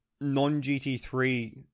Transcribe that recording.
non-GT3